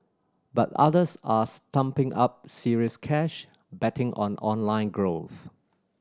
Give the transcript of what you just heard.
but others are stumping up serious cash betting on online growth